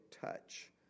touch